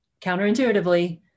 counterintuitively